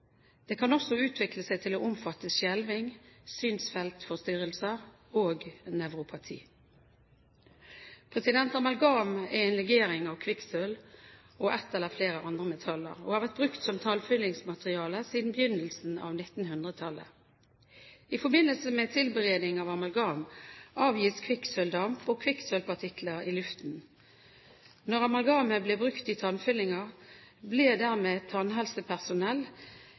Det kan også utvikle seg til å omfatte skjelving, synsfeltsforstyrrelser og nevropati. Amalgam er en legering av kvikksølv og et eller flere andre metaller og har vært brukt som tannfyllingsmateriale siden begynnelsen av 1900-tallet. I forbindelse med tilberedning av amalgam avgis kvikksølvdamp og kvikksølvpartikler til luften. Når amalgamet ble brukt i tannfyllinger, ble dermed tannhelsepersonell